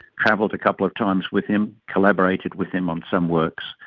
travelled a couple of times with him, collaborated with him on some works,